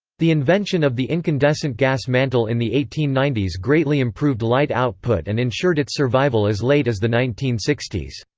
the invention of the incandescent gas mantle in the eighteen ninety s greatly improved light output and ensured its survival as late as the nineteen sixty s.